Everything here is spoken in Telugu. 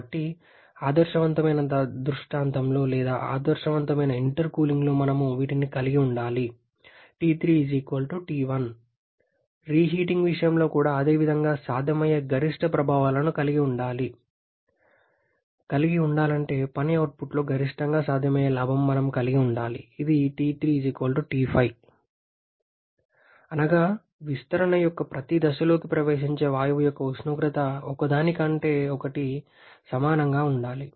కాబట్టి ఆదర్శవంతమైన దృష్టాంతంలో లేదా ఆదర్శవంతమైన ఇంటర్కూలింగ్లో మనం వీటిని కలిగి ఉండాలి T3 T1 రీహీటింగ్ విషయంలో కూడా అదే విధంగా సాధ్యమయ్యే గరిష్ట ప్రభావాలను కలిగి ఉండాలంటే పని అవుట్పుట్లో గరిష్టంగా సాధ్యమయ్యే లాభం మనం కలిగి ఉండాలి T3 T5 అనగా విస్తరణ యొక్క ప్రతి దశలలోకి ప్రవేశించే వాయువు యొక్క ఉష్ణోగ్రత ఒకదానికొకటి సమానంగా ఉండాలి